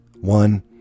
one